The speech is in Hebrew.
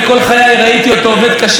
כל חיי ראיתי אותו עובד קשה,